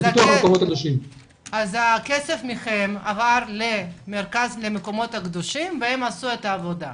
אז הכסף מכם עבר למרכז למקומות הקדושים והם עשו את העבודה.